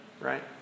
right